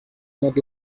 not